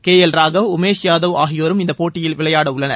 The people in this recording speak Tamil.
கே எல் ராகவ் உமேஷ் யாதவ் ஆகியோரும் இந்த போட்டியில் விளையாடவுள்ளனர்